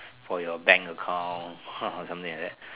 for your bank account or something like that